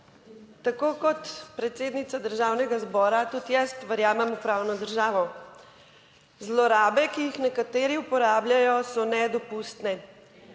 Tako kot predsednica Državnega zbora tudi jaz verjamem v pravno državo. Zlorabe, ki jih nekateri uporabljajo, so nedopustne.